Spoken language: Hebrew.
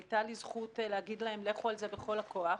הייתה לי זכות להגיד להם 'לכו על זה בכל הכוח'.